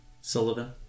Sullivan